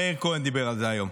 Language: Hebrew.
מאיר כהן דיבר על זה היום.